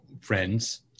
friends